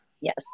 Yes